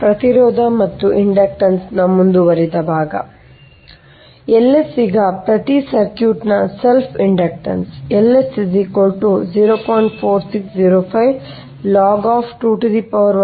ಪ್ರತಿರೋಧ ಮತ್ತು ಇಂಡಕ್ಟನ್ಸ್ಮುಂದುವರಿದ ಭಾಗ Ls ಈಗ ಪ್ರತಿ ಸರ್ಕ್ಯೂಟ್ನ selfಸೆಲ್ಫ್ ಇಂಡಕ್ಟನ್ಸ್ ಇದು ಸಮೀಕರಣ 76